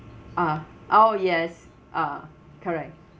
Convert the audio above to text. ah oh yes ah correct